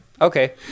okay